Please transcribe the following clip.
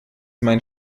mein